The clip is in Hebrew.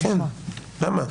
למה?